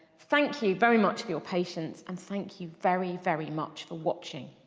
thank you very much for your patience and thank you very, very much for watching.